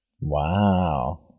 Wow